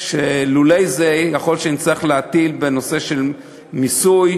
שלולא זה יכול להיות שנטיל בנושא של מיסוי,